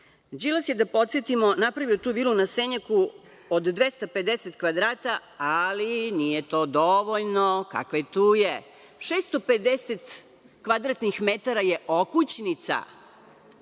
Đilas je, da podsetimo, napravio tu vilu na Senjaku od 250 kvadrata, ali nije to dovoljno, kakve tuje. Dakle, 650 kvadratnih metara je okućnica.